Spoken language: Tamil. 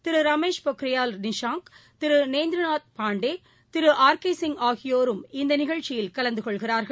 திருரமேஷ் பொக்கிரியால் நிஷாங்க் திருநேரந்திரநாத் பாண்டே திரு ஆர் கேசிங் ஆகியோரும் இந்தநிகழ்ச்சியில் கலந்துகொள்கிறார்கள்